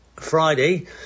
friday